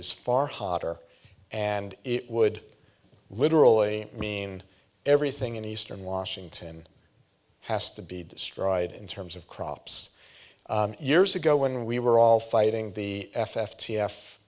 is far hotter and it would literally mean everything in eastern washington has to be destroyed in terms of crops years ago when we were all fighting the f f t f